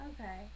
Okay